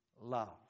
love